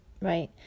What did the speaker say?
Right